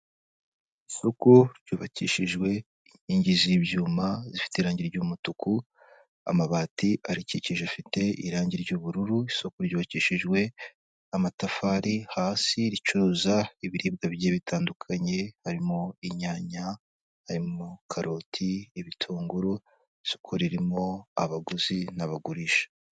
Isoko ryubakishijwe inyingi z'ibyuma zifite irangi ry umutuku amabati arikikije i afite irangi ry'ubururu isoko ryubakishijwe amatafari hasi ricuza ibiribwa bigiye bitandukanye harimo inyanya, karoti ibitunguru, isoko ririmo abaguzi n'abagurisha.